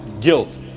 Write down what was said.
guilt